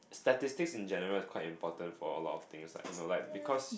statistics in general is quite important for a lot of things like you know like because